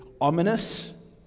ominous